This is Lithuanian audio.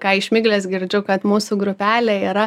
ką iš miglės girdžiu kad mūsų grupelė yra